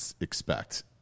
expect